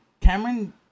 Cameron